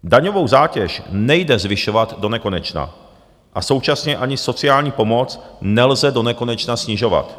Daňovou zátěž nejde zvyšovat donekonečna a současně ani sociální pomoc nelze donekonečna snižovat.